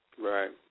Right